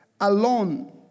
alone